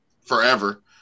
forever